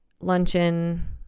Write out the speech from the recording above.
luncheon